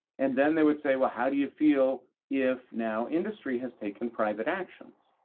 and then they would say, well, how do you feel if now industry has taken private actions?